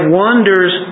wonders